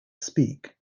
speak